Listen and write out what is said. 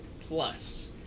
plus